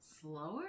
slower